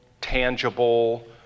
tangible